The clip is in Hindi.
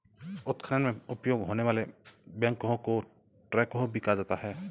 उत्खनन में उपयोग होने वाले बैकहो को ट्रैकहो भी कहा जाता है